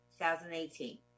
2018